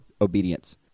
obedience